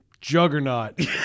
Juggernaut